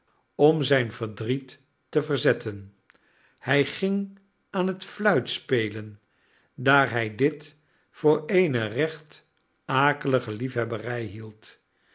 om zijn verdriet te verzetten hij ging aan het fluitspelen daar hij dit voor eene recht akelige liefhebberij hield